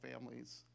families